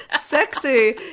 sexy